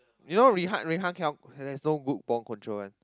you know Rui-Han Rui-Han cannot there is no good ball control one